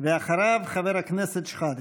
אחריו, חבר הכנסת שחאדה.